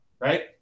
right